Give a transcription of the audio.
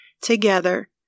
together